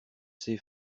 ces